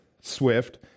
SWIFT